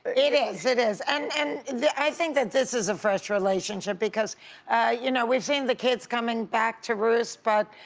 it is, it is. and and i think that this is a fresh relationship because you know we've seen the kids coming back to roost, but